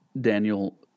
Daniel